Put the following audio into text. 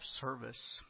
service